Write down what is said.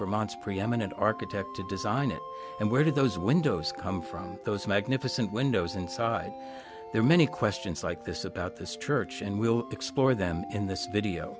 vermont's preeminent architect to design it and where did those windows come from those magnificent windows inside their many questions like this about this church and we'll explore them in this video